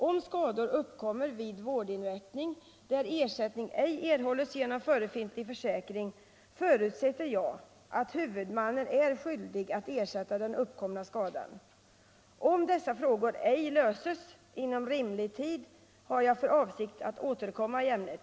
Om skador uppkommer vid vårdinrättning där ersättning ej erhålles genom förefintlig försäkring, förutsätter jag att huvudmannen är skyldig att ersätta den uppkomna skadan. Om dessa frågor ej löses inom rimlig tid har jag för avsikt att återkomma i ämnet.